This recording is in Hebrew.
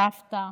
סבתא,